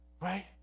Right